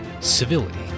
civility